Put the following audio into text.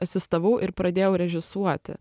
asistavau ir pradėjau režisuoti